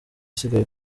isigaye